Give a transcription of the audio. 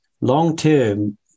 long-term